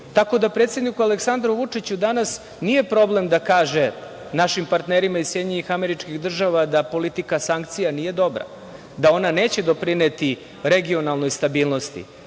Tako da predsedniku Aleksandru Vučiću danas nije problem da kaže našim partnerima iz SAD da politika sankcija nije dobra, da ona neće doprineti regionalnoj stabilnosti.